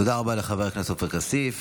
תודה רבה לחבר הכנסת עופר כסיף.